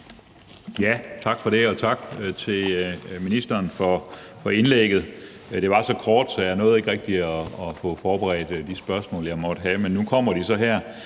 Tak for det, og tak til ministeren for indlægget. Det var så kort, at jeg ikke rigtig nåede at få forberedt de spørgsmål, jeg måtte have, men nu kommer de så her.